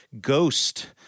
ghost